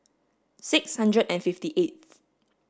six hundred and fifty eighth